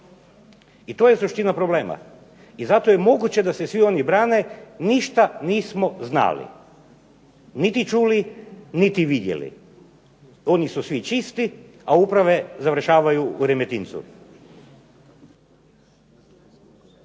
I to je suština problema i zato je moguće da se svi oni brane ništa nismo znali niti čuli niti vidjeli. Oni su svi čisti, a uprave završavaju u Remetincu.